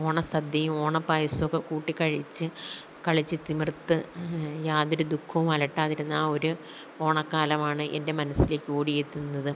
ഓണസദ്യയും ഓണപ്പായസമൊക്കെ കൂട്ടിക്കഴിച്ച് കളിച്ചു തിമിർത്ത് യാതൊരു ദുഃഖവും അലട്ടാതിരുന്ന ആ ഒരു ഓണക്കാലമാണ് എൻ്റെ മനസ്സിലേക്ക് ഓടിയെത്തുന്നത്